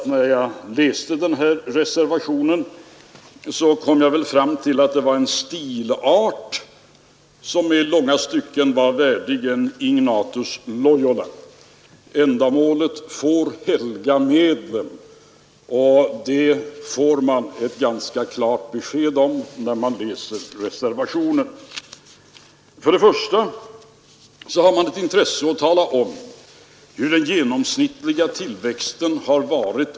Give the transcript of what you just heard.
När jag läste reservationen fann jag att stilarten i många stycken kunde vara värdig en Ignatius Loyola. Man får när man läser reservationen ganska klart besked om att ändamålet får helga medlen. Reservanterna intresserar sig först för hurudan den genomsnittliga tillväxten har varit.